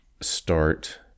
Start